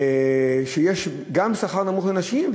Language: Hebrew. שיש גם שכר נמוך לנשים,